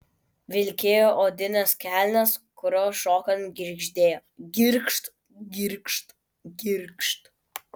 vilkėjo odines kelnes kurios šokant girgždėjo girgžt girgžt girgžt